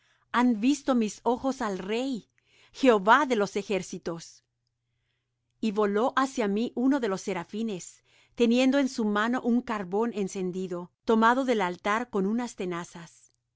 han visto mis ojos al rey jehová de los ejércitos y voló hacia mí uno de los serafines teniendo en su mano un carbón encendido tomado del altar con unas tenazas